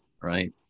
right